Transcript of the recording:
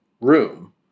room